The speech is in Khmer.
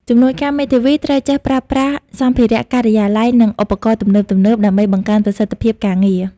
ជំនួយការមេធាវីត្រូវចេះប្រើប្រាស់សម្ភារៈការិយាល័យ និងឧបករណ៍ទំនើបៗ ដើម្បីបង្កើនប្រសិទ្ធភាពការងារ។